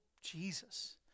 Jesus